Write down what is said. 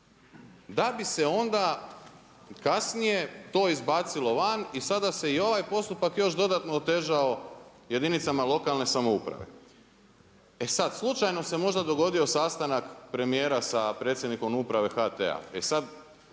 da bi se onda kasnije to izbacilo van i sada se i ovaj postupak još dodatno otežao jedinicama lokalne samouprave. E sada slučajno se možda dogodio sastanak premijera sa predsjednikom uprave HT-a, e sada